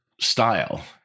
style